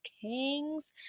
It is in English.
kings